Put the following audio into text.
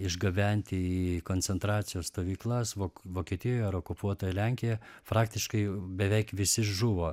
išgabenti į koncentracijos stovyklas vok vokietijoje ar okupuotoj lenkijoj praktiškai beveik visi žuvo